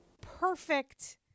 perfect